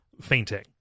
fainting